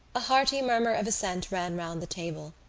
a hearty murmur of assent ran round the table.